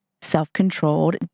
self-controlled